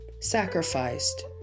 sacrificed